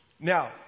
Now